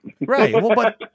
Right